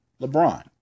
LeBron